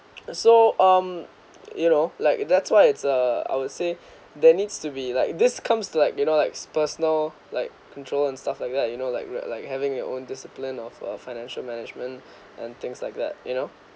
so um you know like that's why it's uh I would say there needs to be like this comes to like you know like personal like control and stuff like you like you know like like like having your own discipline of a financial management and things like that you know